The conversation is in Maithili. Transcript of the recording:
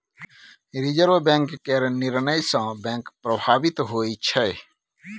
रिजर्व बैंक केर निर्णय सँ बैंक प्रभावित होइ छै